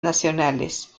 nacionales